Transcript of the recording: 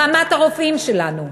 רמת הרופאים שלנו,